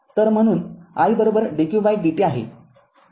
तर म्हणून i dq dt आहे